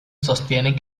sostienen